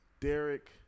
Derek